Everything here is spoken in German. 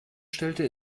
stellte